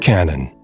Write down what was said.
Canon